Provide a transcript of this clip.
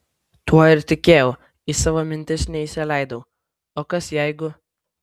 tuo ir tikėjau į savo mintis neįsileidau o kas jeigu